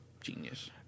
genius